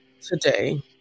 today